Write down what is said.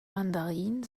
mandarin